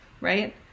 right